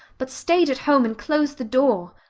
but stayed at home and closed the door,